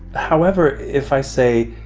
however, if i say,